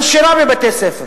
הנשירה מבתי-ספר